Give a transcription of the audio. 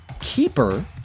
keeper